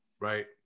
Right